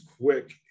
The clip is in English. quick